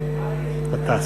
ע'טאס.